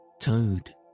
Toad